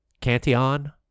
cantillon